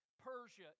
Persia